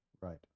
Right